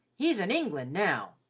he's in england now.